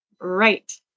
Right